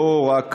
לא רק